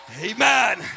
amen